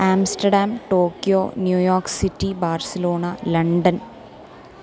Amsterdam Tokyo New York city Barcelona London